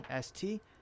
St